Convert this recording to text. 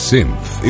Synth